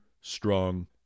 strong